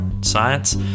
science